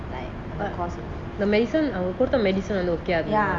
the medicine அவங்க குடுத்த:avanga kudutha medicine நல்ல:nalla okay